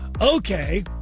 Okay